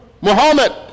Muhammad